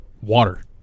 water